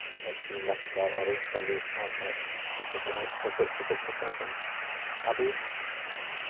ᱯᱟᱹᱨᱥᱤ ᱞᱟᱠᱪᱟᱨ ᱟᱹᱨᱤᱼᱪᱟᱹᱞᱤ ᱥᱟᱶᱛᱟ ᱡᱮᱭᱥᱮ ᱠᱤ ᱦᱮᱥᱮᱡ ᱥᱮᱠᱮᱡ ᱠᱚ ᱛᱟᱦᱮᱸ ᱠᱟᱱᱟ ᱟᱹᱰᱤ